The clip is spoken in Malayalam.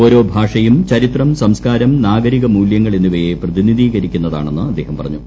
ഓരോ ഭാഷയും ചരിത്രം സംസ്ക്കാരം നാഗരിക മൂല്യങ്ങൾ എന്നിവയെ പ്രതിനിധീകരിക്കുന്ന താണെന്ന് അദ്ദേഹം പറഞ്ഞു